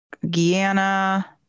Guyana